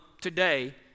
today